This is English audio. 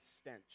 stench